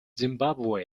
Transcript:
zimbabwe